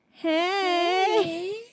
Hey